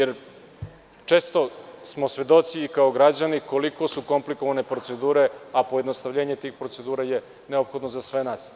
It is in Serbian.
Jer, često smo svedoci i kao građani koliko su komplikovane procedure a pojednostavljenje tih procedura je neophodno za sve nas.